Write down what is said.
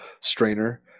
strainer